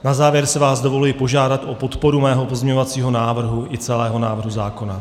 Na závěr si vás dovoluji požádat o podporu svého pozměňovacího návrhu i celého návrhu zákona.